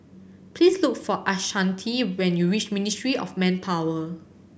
please look for Ashanti when you reach Ministry of Manpower